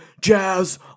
jazz